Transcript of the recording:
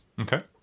Okay